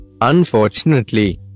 Unfortunately